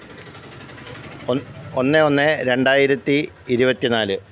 ഒന്ന് ഒന്ന് രണ്ടായിരത്തി ഇരുപത്തി നാല്